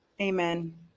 Amen